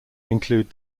include